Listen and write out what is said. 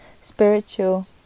spiritual